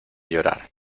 llorar